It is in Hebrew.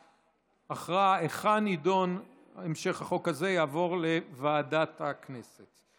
ההכרעה היכן יידון המשך החוק הזה תעבור לוועדת הכנסת.